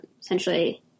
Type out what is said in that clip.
essentially